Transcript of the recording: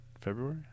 February